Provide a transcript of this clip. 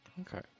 Okay